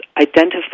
identify